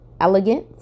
elegant